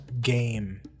game